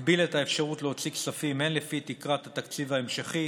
הגביל את האפשרות להוציא כספים הן לפי תקרת התקציב ההמשכי